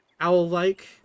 owl-like